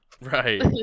Right